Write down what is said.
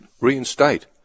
reinstate